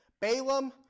Balaam